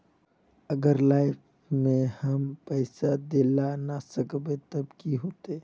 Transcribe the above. अगर लाइफ में हैम पैसा दे ला ना सकबे तब की होते?